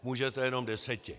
Můžete jenom deseti.